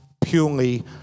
purely